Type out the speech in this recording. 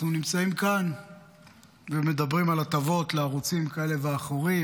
אנחנו נמצאים כאן ומדברים על הטבות לערוצים כאלה ואחרים,